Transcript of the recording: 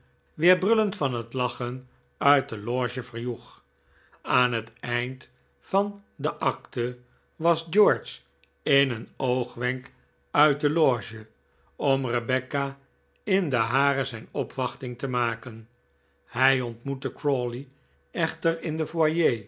weer brullend van het lachen uit de loge verjoeg aan het eind van de akte was george in een oogwenk uit de loge om rebecca in de hare zijn opwachting te maken hij ontmoette crawley echter in den